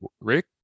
Rick